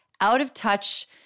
out-of-touch